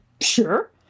sure